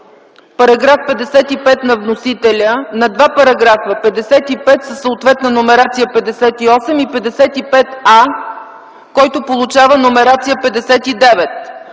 § 55 на вносителя на два параграфа: § 55 със съответна номерация § 58 и § 55а, който получава номерация § 59.